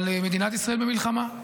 אבל מדינת ישראל במלחמה,